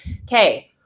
okay